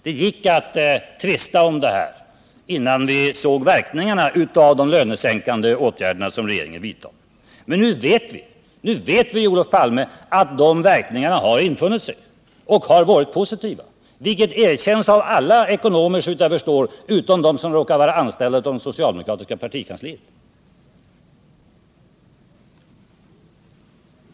Det gick att tvista om detta innan vi såg verkningarna av de lönesänkande åtgärder som regeringen har vidtagit. Men nu vet vi, Olof Palme, att dessa verkningar har infunnit sig och har varit positiva — vilket såvitt jag förstår erkänns av alla ekonomer utom av dem som råkar vara anställda av det socialdemokratiska partikansliet.